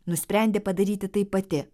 nusprendė padaryti tai pati